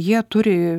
jie turi